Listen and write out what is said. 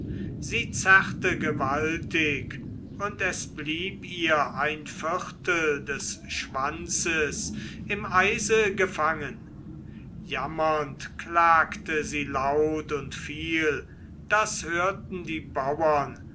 sie zerrte gewaltig und es blieb ihr ein viertel des schwanzes im eise gefangen jammernd klagte sie laut und viel das hörten die bauern